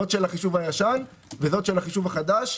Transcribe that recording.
זו של החישוב הישן וזו של החישוב החדש.